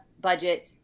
budget